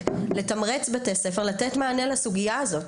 לתמרץ בתי ספר לתת מענה לסוגיה הזאת.